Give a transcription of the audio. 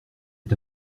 est